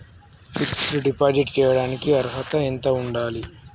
Fix డ్ deposit చేయటానికి అర్హత ఎంత ఉండాలి?